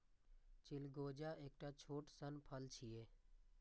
चिलगोजा एकटा छोट सन फल छियै